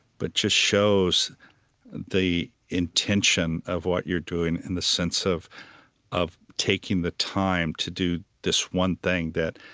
but just shows the intention of what you're doing in the sense of of taking the time to do this one thing that,